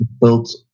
built